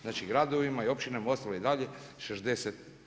Znači gradovima i općinama je ostalo i dalje 60%